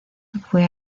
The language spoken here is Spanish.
fue